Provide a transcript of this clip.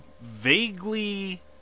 vaguely